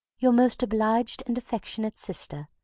your most obliged and affectionate sister,